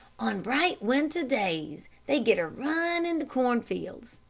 on bright, winter days they get a run in the cornfields.